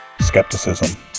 skepticism